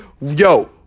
Yo